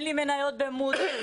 שאין לי מניות במודל,